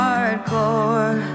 Hardcore